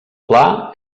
pla